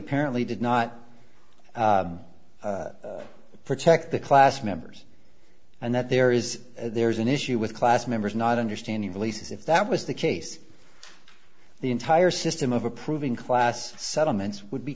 apparently did not protect the class members and that there is there's an issue with class members not understanding releases if that was the case the entire system of approving class settlements would be